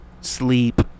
sleep